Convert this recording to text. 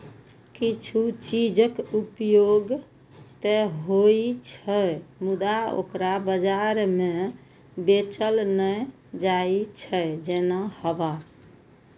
किछु चीजक उपयोग ते होइ छै, मुदा ओकरा बाजार मे बेचल नै जाइ छै, जेना हवा